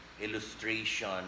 illustration